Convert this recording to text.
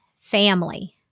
family